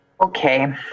Okay